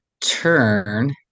turn